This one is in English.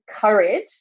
courage